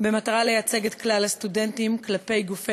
במטרה לייצג את כלל הסטודנטים כלפי גופי